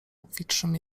obfitszym